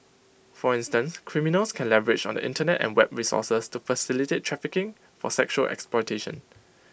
for instance criminals can leverage on the Internet and web resources to facilitate trafficking for sexual exploitation